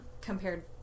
compared